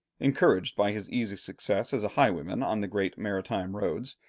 encouraged by his easy success as a highwayman on the great maritime roads,